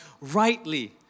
rightly